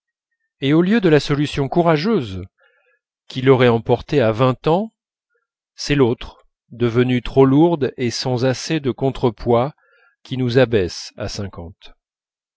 et au lieu de la solution courageuse qui l'aurait emporté à vingt ans c'est l'autre devenue trop lourde et sans assez de contre-poids qui nous abaisse à cinquante